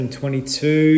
2022